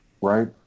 Right